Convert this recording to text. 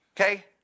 Okay